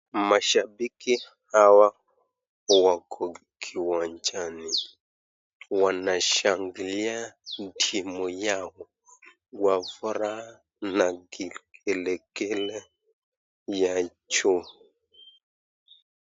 Mashabiki hawa wako kiwanjani, wanashangilia timu yao kwa furaha, na kingelengele ya juu.